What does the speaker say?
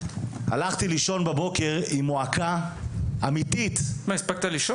הלכתי לישון בבוקר עם מועקה אמיתית -- הספקת לישון?